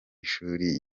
ishuli